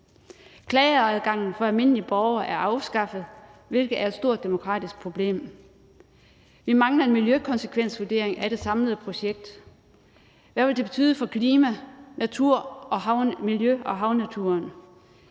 Klageadgangen for almindelige borgere er afskaffet, hvilket er et stort demokratisk problem. Vi mangler en miljøkonsekvensvurdering af det samlede projekt. Hvad vil det betyde for klima, natur, miljø og havnatur?